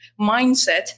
mindset